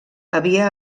havia